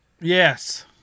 Yes